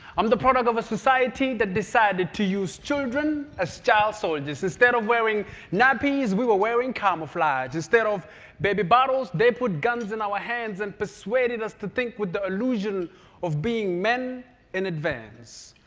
i'm the product of a society that decided to use children as child so and soldiers. instead of wearing nappies, we were wearing camouflage. instead of baby bottles, they put guns in our hands and persuaded us to think with the illusion of being men in advance.